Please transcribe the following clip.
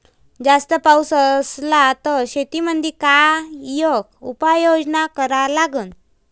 जास्त पाऊस असला त शेतीमंदी काय उपाययोजना करा लागन?